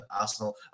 Arsenal